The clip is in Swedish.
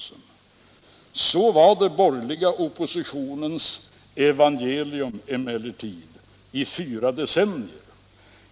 Sådant var den borgerliga oppositionens evangelium emellertid i fyra decennier.